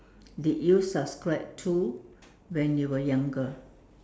did you subscribe to when you were younger